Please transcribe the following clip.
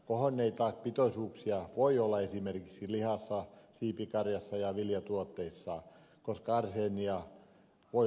kohonneita pitoisuuksia voi olla esimerkiksi lihassa siipikarjassa ja viljatuotteissa koska arseenia voi olla rehussa